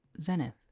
Zenith